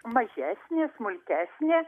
mažesnė smulkesnė